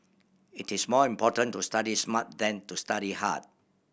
it is more important to study smart than to study hard